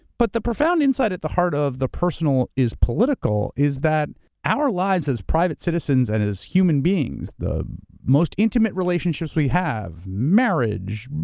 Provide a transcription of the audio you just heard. but the profound insight at the heart of the personal is political is that our lives as private citizens and as human beings, the most intimate relationships we have, marriage,